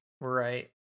Right